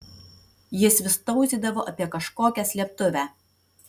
jis vis tauzydavo apie kažkokią slėptuvę